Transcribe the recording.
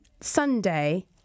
Sunday